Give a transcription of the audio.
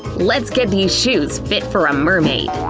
let's get these shoes fit for a mermaid!